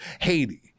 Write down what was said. Haiti